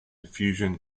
diffusion